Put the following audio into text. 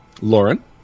Lauren